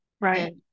Right